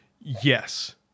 Yes